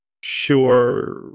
Sure